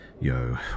yo